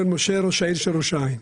אני ראש העיר של ראש העין.